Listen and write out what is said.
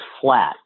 Flat